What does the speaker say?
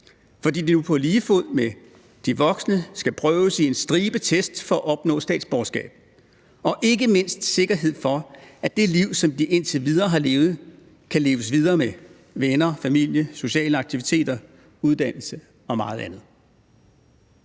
fordi de nu på lige fod med de voksne skal prøves i en stribe test for at opnå statsborgerskab – ikke mindst usikkerhed, med hensyn til om det liv, de indtil videre har levet, kan leves videre med venner, familie, sociale aktiviteter, uddannelse og meget andet.